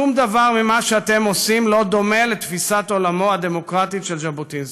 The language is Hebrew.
שום דבר ממה שאתם עושים לא דומה לתפיסת עולמו הדמוקרטית של ז'בוטינסקי.